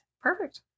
Perfect